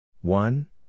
One